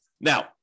Now